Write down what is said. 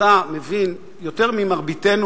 אתה מבין יותר ממרביתנו,